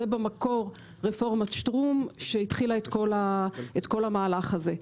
זה במקור רפורמת שטרום שהתחילה את כל המהלך הזה.